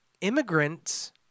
immigrants